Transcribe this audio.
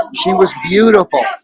she was beautiful